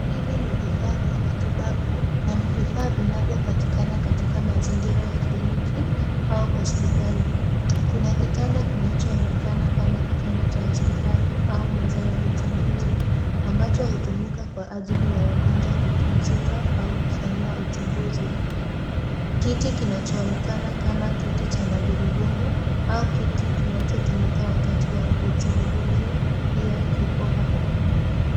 Hivi ni vifaa vya matibabu na ni vifaa vinavyopatikana katika mazingira ya kliniki au hospitali. Kuna kitanda kinachoonekana kama kitanda cha hospitali au meza ya uchunguzi ambacho hutumika kwa ajili ya wagonjwa kupumzika au kufanyiwa uchunguzi. Kiti kinachoonekana kama kiti cha magurudumu au kiti kinachotumika wakati wa uchunguzi pia kipo hapo.